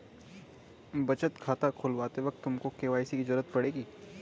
बचत खाता खुलवाते वक्त तुमको के.वाई.सी की ज़रूरत पड़ेगी